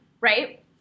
right